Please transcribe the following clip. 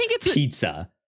pizza